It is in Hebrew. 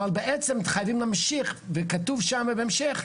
כתוב בהמשך: